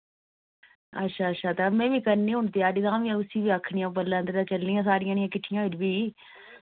अच्छा अच्छा में बी करनी हून तयारी तां बी उसी बी आखनी परलै अंदरै चलनी आं सारियां जनियां किट्ठियां होगियां भी